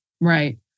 Right